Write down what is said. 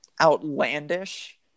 outlandish